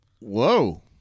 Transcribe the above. whoa